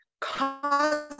cause